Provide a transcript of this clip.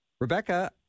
Rebecca